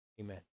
amen